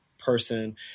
Person